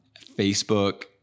Facebook